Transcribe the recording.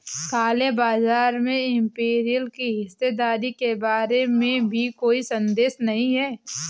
काले बाजार में इंपीरियल की हिस्सेदारी के बारे में भी कोई संदेह नहीं है